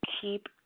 keep